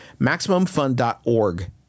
maximumfund.org